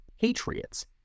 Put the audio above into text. Patriots